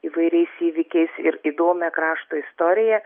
įvairiais įvykiais ir įdomią krašto istoriją